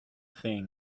thing